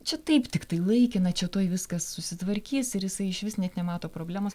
čia taip tiktai laikina čia tuoj viskas susitvarkys ir jisai išvis net nemato problemos